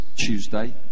Tuesday